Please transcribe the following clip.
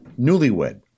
newlywed